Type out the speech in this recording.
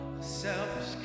selfish